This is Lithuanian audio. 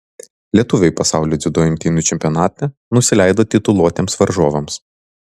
lietuviai pasaulio dziudo imtynių čempionate nusileido tituluotiems varžovams